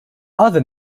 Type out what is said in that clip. other